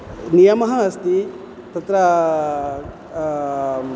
नियमः अस्ति तत्र